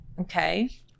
Okay